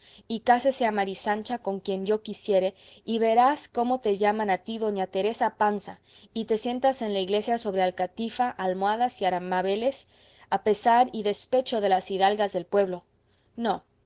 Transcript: y cásese a mari sancha con quien yo quisiere y verás cómo te llaman a ti doña teresa panza y te sientas en la iglesia sobre alcatifa almohadas y arambeles a pesar y despecho de las hidalgas del pueblo no